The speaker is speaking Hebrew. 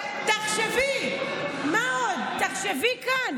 תחשבי מה עוד, תחשבי כאן.